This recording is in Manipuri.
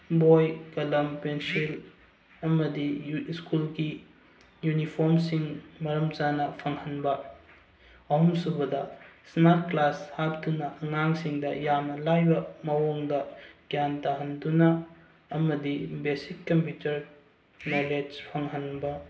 ꯕꯣꯏ ꯀꯂꯝ ꯄꯦꯟꯁꯤꯜ ꯑꯃꯗꯤ ꯁ꯭ꯀꯨꯜꯒꯤ ꯌꯨꯅꯤꯐꯣꯝꯁꯤꯡ ꯃꯔꯝ ꯆꯥꯅ ꯐꯪꯍꯟꯕ ꯑꯍꯨꯝꯁꯨꯕꯗ ꯁ꯭ꯃꯥꯔꯠ ꯀ꯭ꯂꯥꯁ ꯍꯥꯞꯇꯨꯅ ꯑꯉꯥꯡꯁꯤꯡꯗ ꯌꯥꯝꯅ ꯂꯥꯏꯕ ꯃꯑꯣꯡꯗ ꯒ꯭ꯌꯥꯟ ꯇꯥꯍꯟꯗꯨꯅ ꯑꯃꯗꯤ ꯕꯦꯁꯤꯛ ꯀꯝꯄ꯭ꯌꯨꯇꯔ ꯅꯣꯂꯦꯖ ꯐꯪꯍꯟꯕ